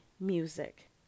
music